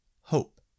Hope